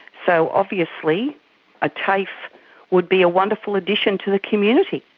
so obviously a tafe would be a wonderful addition to the community.